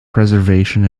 preservation